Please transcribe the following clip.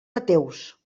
ateus